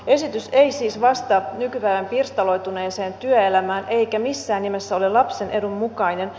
esitys ei siis vastaa nykypäivän pirstaloituneeseen työelämään eikä missään nimessä ole lapsen edun mukainen